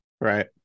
Right